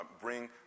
bring